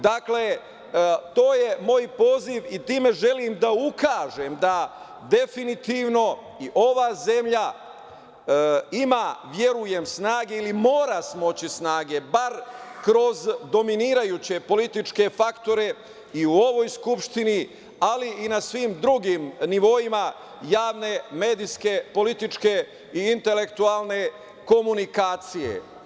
Dakle, to je moj poziv i time želim da ukažem da definitivno i ova zemlja ima, verujem, snage ili mora smoći snage, bar kroz dominirajuće političke faktore i u ovoj Skupštini, ali i na svim drugim nivoima javne, medijske, političke i intelektualne komunikacije.